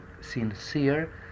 sincere